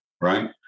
right